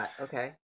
Okay